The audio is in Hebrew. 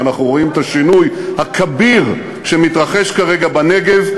ואנחנו רואים את השינוי הכביר שמתרחש כרגע בנגב.